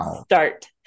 start